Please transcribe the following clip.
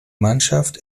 mannschaft